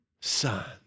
Son